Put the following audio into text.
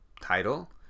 title